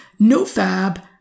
Nofab